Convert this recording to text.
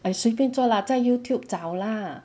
I 随便做 lah 在 youtube 找 lah